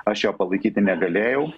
aš jo palaikyti negalėjau